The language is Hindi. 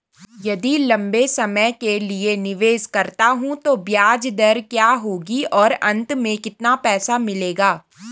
यदि लंबे समय के लिए निवेश करता हूँ तो ब्याज दर क्या होगी और अंत में कितना पैसा मिलेगा?